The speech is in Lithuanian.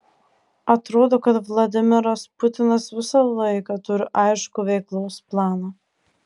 atrodo kad vladimiras putinas visą laiką turi aiškų veiklos planą